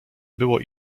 było